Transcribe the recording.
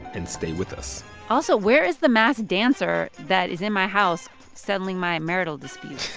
and stay with us also, where is the masked dancer that is in my house settling my marital disputes?